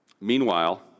meanwhile